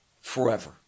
forever